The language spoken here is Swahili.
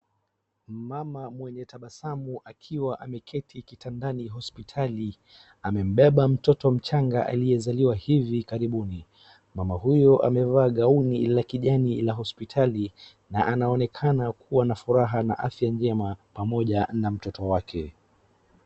Mama mwenye tabasamu akiwa ameketi kitandani hospitali, amemembeba mtoto mchanga aliyezaliwa hvi karibuni. Mama huyo amevalia gauni la kijani la hospitali, na anaonekana kuwa na furaha na afya njema pamoja na mtoto wake.